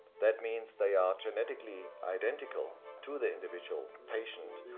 that means they are genetically identical to the individual patient,